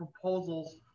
proposals